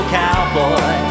cowboy